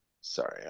Sorry